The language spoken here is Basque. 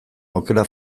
okela